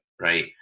right